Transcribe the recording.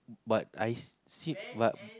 but I see but